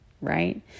Right